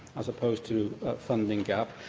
as opposed to funding gap,